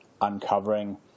uncovering